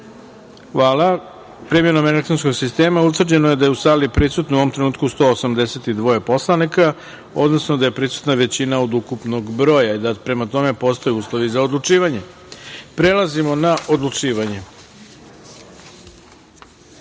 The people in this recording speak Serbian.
glasanje. Hvala. Primenom elektronskog sistema utvrđeno je da je u sali prisutno u ovom trenutku 182 narodna poslanika, odnosno da je prisutna većina od ukupnog broja i da prema tome postoje uslovi za odlučivanje. Prelazimo na odlučivanje. Pošto